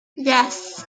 yes